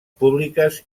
públiques